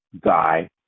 guy